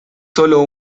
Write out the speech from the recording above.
sólo